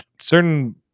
certain